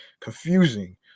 confusing